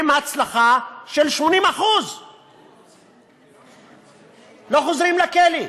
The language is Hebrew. עם הצלחה של 80%. לא חוזרים לכלא.